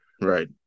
Right